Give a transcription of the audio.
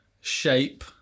shape